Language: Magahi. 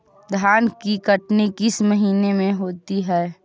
धान की कटनी किस महीने में होती है?